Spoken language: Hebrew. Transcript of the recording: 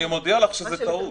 אני מודיע לך שזו טעות.